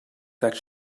that